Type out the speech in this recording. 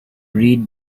read